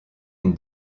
une